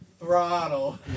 Throttle